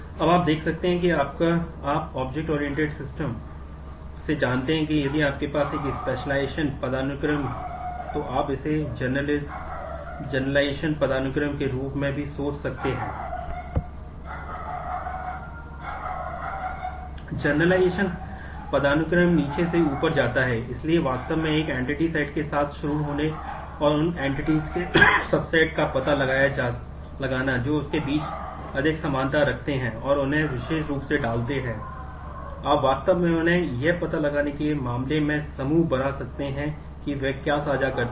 अब आप देख सकते हैं कि आप ऑब्जेक्ट बेस्ड सिस्टम के रूप में भी सोच सकते हैं